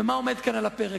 ומה עומד כאן על הפרק?